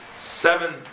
seven